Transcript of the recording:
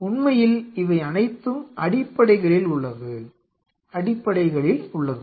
ஆனால் உண்மையில் இவை அனைத்தும் அடிப்படைகளில் உள்ளது